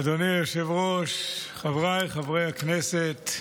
אדוני היושב-ראש, חבריי חברי הכנסת,